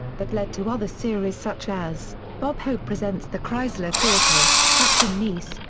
that led to other series such as bob hope presents the chrysler theatre, captain nice,